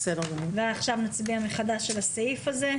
עכשיו נצביע מחדש על הסעיף הזה.